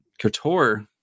Couture